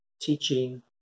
teaching